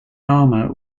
armor